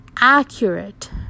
accurate